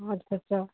ਅੱਛਾ ਅੱਛਾ